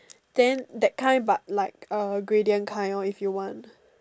then that kind but like a gradient kind loh if you want